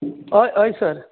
हय हय सर